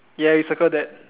ya we circle that